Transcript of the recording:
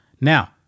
now